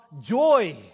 joy